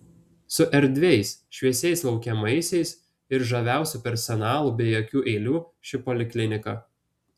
su erdviais šviesiais laukiamaisiais ir žaviausiu personalu be jokių eilių ši poliklinika